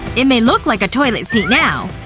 it may look like a toilet seat now,